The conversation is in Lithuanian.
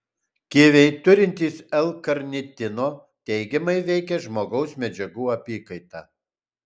kiviai turintys l karnitino teigiamai veikia žmogaus medžiagų apykaitą